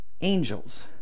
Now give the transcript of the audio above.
angels